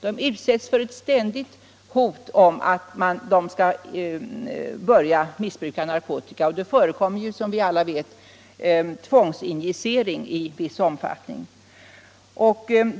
De utsätts för en ständig press för att de skall börja missbruka narkotika. Som alla vet förekommer det också tvångsinjicering i viss omfattning.